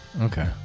okay